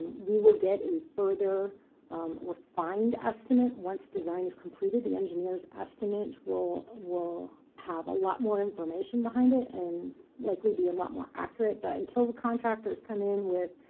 we will get a further refined estimate once design is completed. the engineer's estimate will will have a lot more information behind it, and likely be a lot more accurate. but until the contractors come in with,